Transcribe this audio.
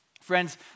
Friends